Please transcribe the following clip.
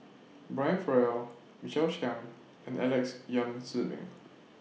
Brian Farrell Michael Chiang and Alex Yam Ziming